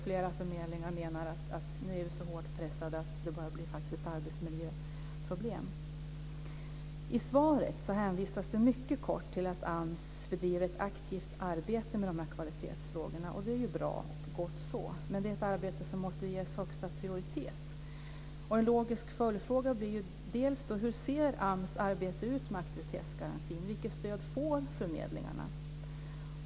Flera förmedlingar menar att de nu är så hårt pressade att det faktiskt börjar bli arbetsmiljöproblem. I svaret hänvisas det mycket kort till att AMS bedriver ett aktivt arbete med de här kvalitetsfrågorna, och det är ju bra. Det är gott så. Men det är ett arbetet som måste ges högsta prioritet. Logiska följdfrågor blir: Hur ser AMS arbete med aktivitetsgarantin ut? Vilket stöd får förmedlingarna?